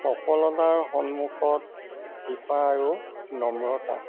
সফলতাৰ সন্মুখত কৃপা আৰু নম্ৰতা